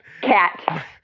Cat